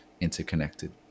interconnected